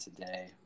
today